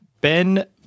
Ben